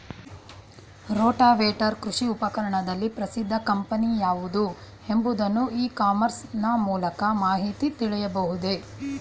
Rotavator ಕೃಷಿ ಉಪಕರಣದಲ್ಲಿ ಪ್ರಸಿದ್ದ ಕಂಪನಿ ಯಾವುದು ಎಂಬುದನ್ನು ಇ ಕಾಮರ್ಸ್ ನ ಮೂಲಕ ಮಾಹಿತಿ ತಿಳಿಯಬಹುದೇ?